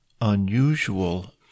unusual